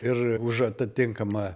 ir už atitinkamą